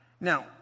Now